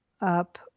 up